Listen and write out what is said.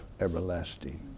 everlasting